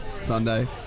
Sunday